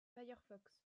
firefox